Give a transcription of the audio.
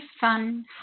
Fun